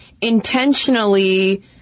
intentionally